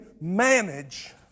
manage